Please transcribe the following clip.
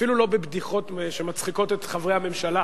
אפילו לא בבדיחות שמצחיקות את חברי הממשלה